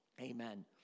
amen